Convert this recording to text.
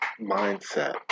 mindset